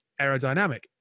Aerodynamic